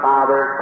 Father